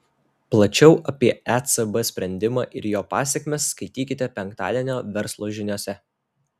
plačiau apie ecb sprendimą ir jo pasekmes skaitykite penktadienio verslo žiniose